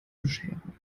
bescherung